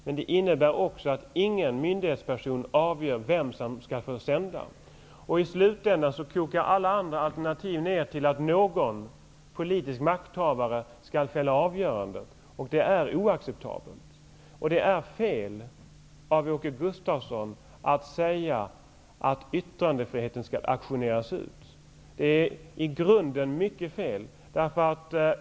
Men det innebär också att ingen myndighetsperson avgör vem som skall få sända. I slutänden blir alla andra alternativ att någon politisk makthavare skall fälla ett avgörande, och det är oacceptabelt. Det är fel av Åke Gustavsson att säga att yttrandefriheten skall auktioneras ut. Det är i grunden helt fel.